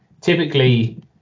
typically